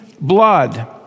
blood